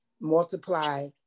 multiply